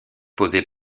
posée